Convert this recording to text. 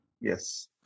Yes